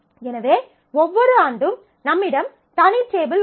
எனவே ஒவ்வொரு ஆண்டும் நம்மிடம் தனி டேபிள் உள்ளது